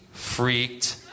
freaked